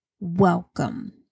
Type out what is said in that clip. welcome